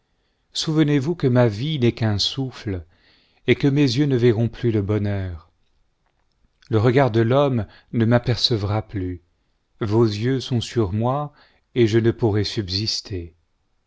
souvenez-vous que ma vie n'est qu'un souffle et que mes yeux ne verront plus le bonheur le regard de l'homme ne m'apercevra plus vos yeux sont sur moi et je ne pourrai subsister